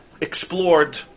explored